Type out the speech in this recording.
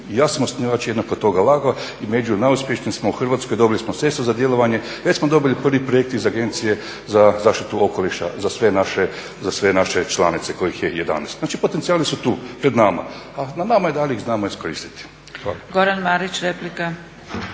toga …/Govornik se ne razumije./… i među najuspješnijima smo u Hrvatskoj, dobili smo sredstva za djelovanje. Već smo dobili prvi projekt iz Agencije za zaštitu okoliša za sve naše članice kojih je 11. Znači, potencijali su tu pred nama, a na nama je da li ih znamo iskoristiti. Hvala.